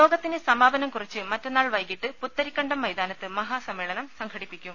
യോഗത്തിന് സമാപനം കുറിച്ച് മറ്റന്നാൾ വൈകീട്ട് പുത്തരിക്കണ്ടം മൈതാനത്ത് മഹാ സമ്മേളനം സംഘടിപ്പിക്കും